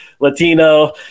Latino